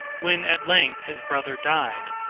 when at length his brother died,